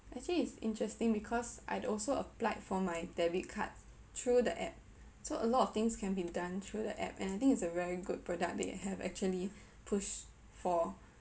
actually it's interesting because I'd also applied for my debit card through the app so a lot of things can be done through the app and I think it's a very good product they have actually push for